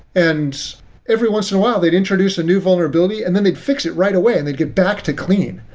and every once in a while they'd introduce a new vulnerability and then they'd fix it right away and they'd get back to clean.